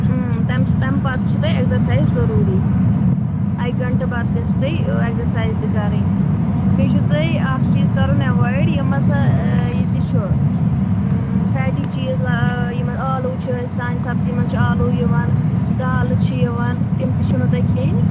تمہِ پتہٕ چھُو تۄہہِ ایٚکزرسایز ضروٗری اکہِ گنٹہٕ پتہٕ گژھِ تۄہہِ ایٚکزرسایز تہِ کرٕنۍ بیٚیہِ چھُو تۄہہِ اکھ چیٖز کرُن ایوایڈ یِم ہسا یتہِ چھُ فیٹی چیٖز یِمے ٲلوٕ چھِ سانہِ سبزی منٛز چھُ آلوٗ یِوان دالہٕ چھِ یِوان تِم تہِ چھوٕ نہٕ تۄہہِ کھیٚنۍ